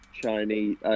Chinese